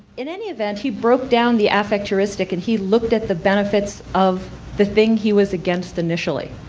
in any event, he broke down the affect heuristic, and he looked at the benefits of the thing he was against initially,